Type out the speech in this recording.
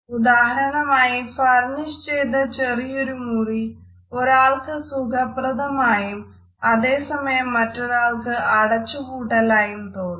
ഉദാഹരണത്തിന്നായി ഫർണിഷ്ചെയ്ത ചെറിയൊരു മുറി ഒരാൾക്ക് സുഖപ്രദമായും അതേസമയം മറ്റൊരാൾക്ക് അടച്ചുപൂട്ടലായും തോന്നാം